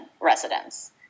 residents